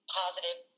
positive